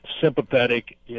sympathetic